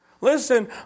Listen